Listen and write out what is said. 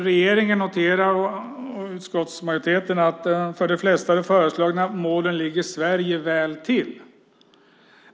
Regeringen och utskottsmajoriteten noterar att för de flesta av de föreslagna målen ligger Sverige väl till.